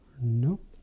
Nope